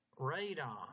radon